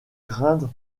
craindre